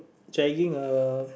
dragging a